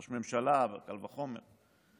כראש ממשלה קל וחומר,